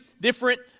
different